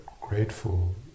grateful